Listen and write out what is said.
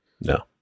No